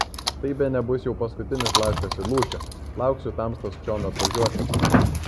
tai bene bus jau paskutinis laiškas į lūšę lauksiu tamstos čion atvažiuosiant